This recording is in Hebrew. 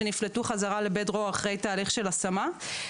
שנפלטו חזרה לבית דרור לאחר תהליך של השמה.